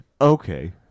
Okay